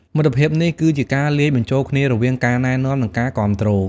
មិត្តភាពនេះ គឺជាការលាយបញ្ចូលគ្នារវាងការណែនាំ និងការគាំទ្រ។